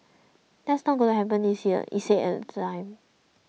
that's not going happen this year it said at the time